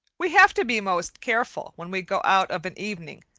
we have to be most careful when we go out of an evening,